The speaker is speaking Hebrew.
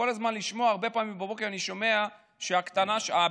הרבה פעמים בבוקר אני שומע שהקטנה שלי,